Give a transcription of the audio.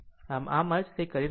આમ આમ જ તે કરી રહ્યાં છે તે 7